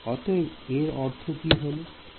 অতএব এর অর্থ কি হল